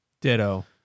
Ditto